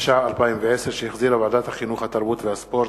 התש"ע 2010, שהחזירה ועדת החינוך, התרבות והספורט.